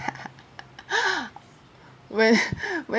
when when